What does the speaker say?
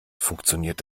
funktioniert